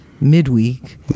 midweek